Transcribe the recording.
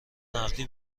نقدی